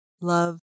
love